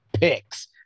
Picks